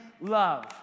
love